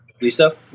Lisa